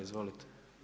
Izvolite.